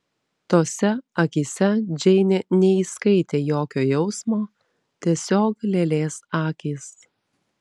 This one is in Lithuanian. tose akyse džeinė neįskaitė jokio jausmo tiesiog lėlės akys